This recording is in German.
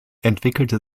entwickelte